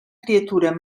criatura